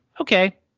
okay